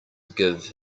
give